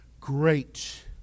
great